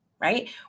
right